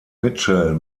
mitchell